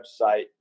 website